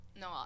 no